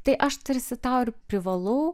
tai aš tarsi tau ir privalau